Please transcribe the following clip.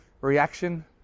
reaction